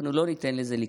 אנחנו לא ניתן לזה לקרות.